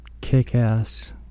kick-ass